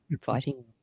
fighting